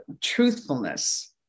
truthfulness